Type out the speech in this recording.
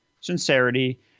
sincerity